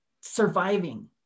surviving